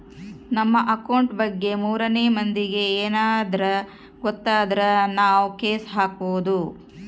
ನಮ್ ಅಕೌಂಟ್ ಬಗ್ಗೆ ಮೂರನೆ ಮಂದಿಗೆ ಯೆನದ್ರ ಗೊತ್ತಾದ್ರ ನಾವ್ ಕೇಸ್ ಹಾಕ್ಬೊದು